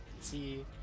see